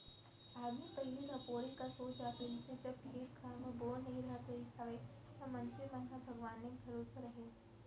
आदमी पहिली धपोरे कस हो जात रहिस हे जब खेत खार म बोर नइ राहत रिहिस हवय त मनसे मन ह भगवाने भरोसा राहय